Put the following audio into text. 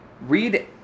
read